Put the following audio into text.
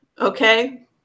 okay